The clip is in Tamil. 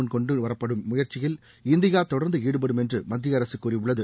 முன் கொண்டுவரப்படும் முயற்சியில் இந்தியா தொடர்ந்து ஈடுபடும் என்று மத்திய அரசு கூறியுள்ளது